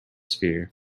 sphere